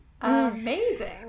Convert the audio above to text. Amazing